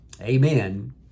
Amen